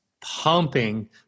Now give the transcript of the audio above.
pumping